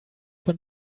von